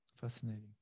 Fascinating